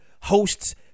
hosts